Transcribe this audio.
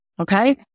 Okay